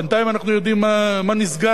בינתיים אנחנו יודעים מה נסגר,